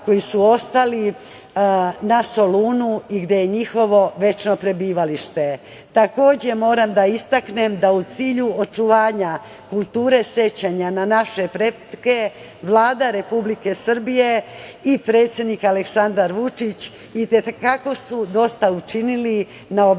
koji su ostali na Solunu i gde je njihovo večno prebivalište. Takođe moram da istaknem da u cilju očuvanja kulture sećanja na naše pretke Vlada Republike Srbije i predsednik Aleksandar Vučić i te kako su dosta učinili na obnavljanju